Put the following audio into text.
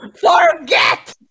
Forget